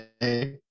Hey